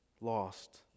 lost